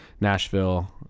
Nashville